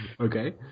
Okay